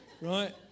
right